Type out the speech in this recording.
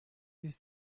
ist